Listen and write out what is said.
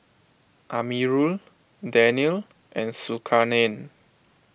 Amirul Daniel and Zulkarnain